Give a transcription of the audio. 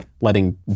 letting